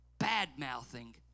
bad-mouthing